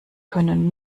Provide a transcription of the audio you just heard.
können